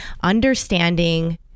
Understanding